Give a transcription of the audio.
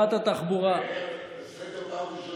תקרא אותה לסדר פעם ראשונה.